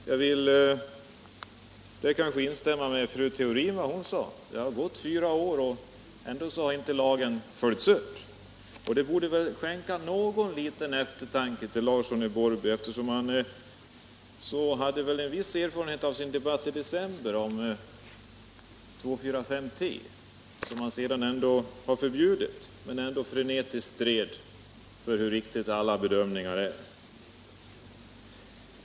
Jag vill kanske instämma i vad fru Theorin sade. Det har gått fyra år, och ändå har inte lagen följts upp. Det borde väl mana till någon liten eftertanke för herr Larsson i Borrby. Han har väl viss erfarenhet av debatten i december om 2,4,5-T. Det förbjöds sedan, men ändå stred han frenetiskt för hur riktiga alla bedömningar var.